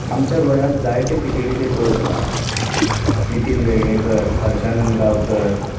आमच्या गोंयांत जायते क्रिकेटीचे कोच आसात नितीन वेर्ळेकर हर्शानंद गांवकर